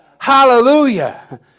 Hallelujah